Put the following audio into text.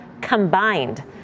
combined